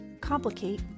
Complicate